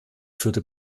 führte